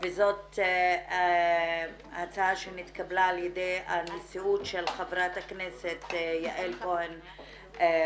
וזאת הצעה שנתקבלה על ידי הנשיאות של חברת הכנסת יעל כהן-פארן,